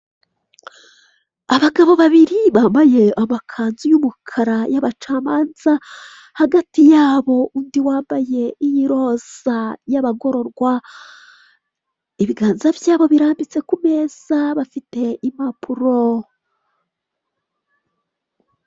Abagabo babiri bambaye amakanzu y'umukara y'abacamanza, hagati yabo undi wambaye iy'iroza y'abagororwa. Ibiganza byabo birambitse ku meza bafite impapuro.